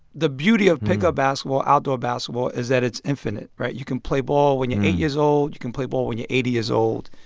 the beauty of pickup basketball, outdoor basketball, is that it's infinite, right? you can play ball when you're eight years old. you can play ball when you're eighty years old.